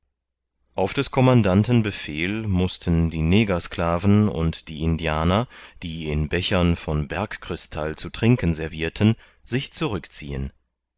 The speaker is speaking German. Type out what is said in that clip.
auf des commandanten befehl mußten die negersklaven und die indianer die in bechern von bergkrystall zu trinken servirten sich zurückziehen